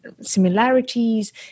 similarities